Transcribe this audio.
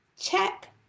check